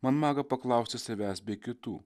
man maga paklausti savęs bei kitų